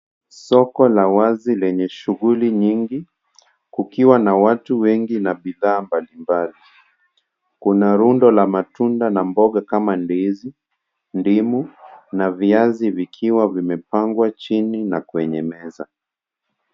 Soko la wazi lenye shughuli nyingi, kukiwa na watu wengi na bidhaa mbalimbali. Kuna rundo la matunda na mboga kama ndizi, ndimu, na viazi vikiwa vimepangwa chini na kwenye meza.